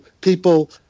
people